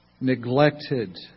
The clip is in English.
neglected